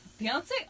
Beyonce